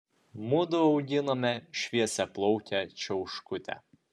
mudu auginome šviesiaplaukę čiauškutę